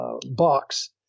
box